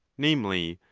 namely,